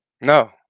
No